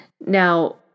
Now